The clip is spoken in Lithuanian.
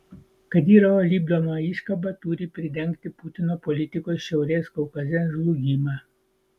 kadyrovo lipdoma iškaba turi pridengti putino politikos šiaurės kaukaze žlugimą